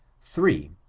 three.